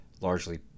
largely